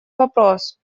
вопрос